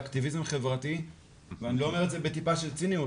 באקטיביזם חברתי ואני לא אומר את זה עם טיפה של ציניות.